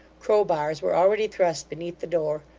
crowbars were already thrust beneath the door,